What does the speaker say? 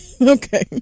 Okay